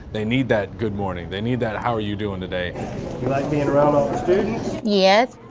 they need that good morning they need that how are you doing today. you like being around all the students? yes!